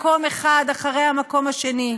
מקום אחד אחרי המקום השני?